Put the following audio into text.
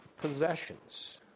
possessions